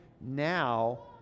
now